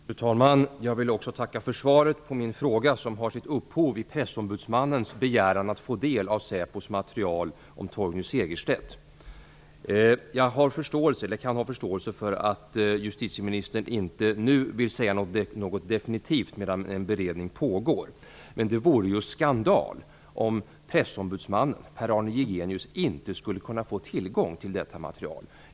Fru talman! Jag vill också tacka för svaret på min fråga, som har sitt upphov i pressombudsmannens begäran att få del av SÄPO:s material om Torgny Jag kan ha förståelse för att justitieministern inte nu vill säga något definitivt medan en beredning pågår, men det vore skandal om pressombudsmannen, Pär-Arne Jigenius, inte skulle kunna få tillgång till detta material.